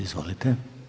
Izvolite.